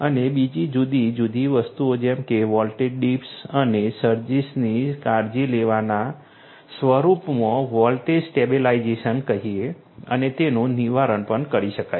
અને બીજી જુદી જુદી વસ્તુઓ જેમ કે વોલ્ટેજ ડીપ્સ અને સર્જીસની કાળજી લેવાના સ્વરૂપમાં વોલ્ટેજ સ્ટેબિલાઇઝેશન કહીએ અને તેનું નિવારણ પણ કરી શકાય છે